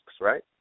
right